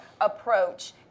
approach